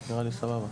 נראה לי סבבה.